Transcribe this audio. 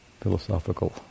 philosophical